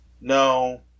no